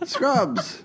Scrubs